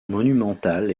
monumentale